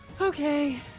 Okay